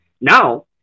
Now